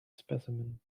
specimen